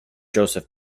joseph